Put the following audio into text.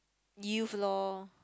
youth lor